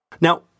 Now